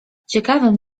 ciekawym